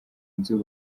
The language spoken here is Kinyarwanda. nzu